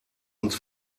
uns